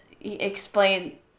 explain